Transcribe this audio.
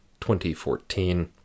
2014